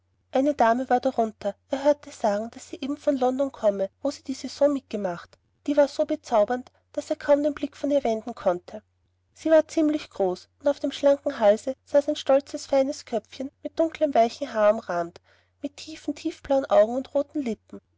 eine junge dame war darunter er hörte sagen daß sie eben von london komme wo sie die saison mitgemacht die war so bezaubernd daß er kaum den blick von ihr wenden konnte sie war ziemlich groß und auf dem schlanken halse saß ein stolzes feines köpfchen von dunklem weichem haar umrahmt mit großen tiefblauen augen und roten lippen